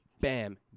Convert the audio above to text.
bam